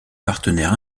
partenaire